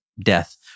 death